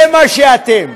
זה מה שאתם.